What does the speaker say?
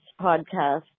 podcast